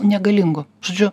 negalingu žodžiu